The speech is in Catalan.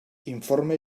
informe